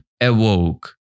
awoke